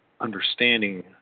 understanding